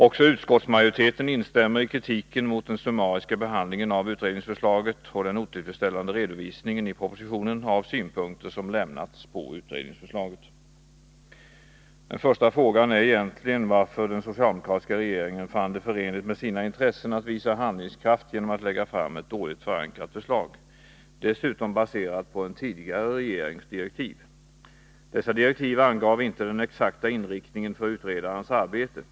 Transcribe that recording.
Också utskottsmajoriteten instämmer i kritiken mot den summariska behandlingen av utredningsförslaget och den otillfredsställande redovisningen i propositionen av synpunkter som har lämnats på utredningsförslaget. Den första frågan är egentligen varför den socialdemokratiska regeringen fann det förenligt med sina intressen att visa handlingskraft genom att lägga fram ett dåligt förankrat förslag, dessutom baserat på en tidigare regerings direktiv. Dessa direktiv angav inte den exakta inriktningen för utredarens arbete.